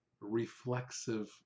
reflexive